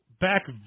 back